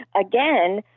again